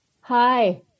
Hi